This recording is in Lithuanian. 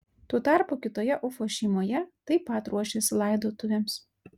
tuo tarpu kitoje ufos šeimoje taip pat ruošėsi laidotuvėms